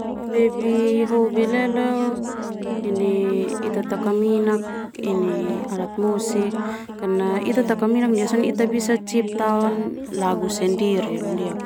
Lebih hobi leleo ita ini taka minak alat musik karna ita taka minak bisa cipta lagu sendiri.